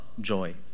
joy